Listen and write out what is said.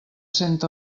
cent